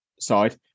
side